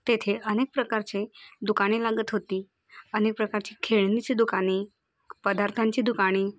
तेथे अनेक प्रकारचे दुकाने लागत होती अनेक प्रकारची खेळणीची दुकाने पदार्थांची दुकाने